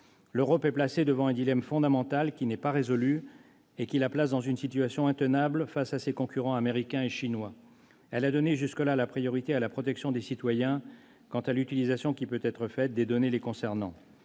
L'Europe est confrontée à un dilemme fondamental qui n'est pas résolu et qui la place dans une situation intenable face à ses concurrents américains et chinois. Elle a donné jusque-là la priorité à la protection des citoyens quant à l'utilisation qui peut être faite des données les concernant.